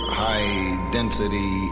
high-density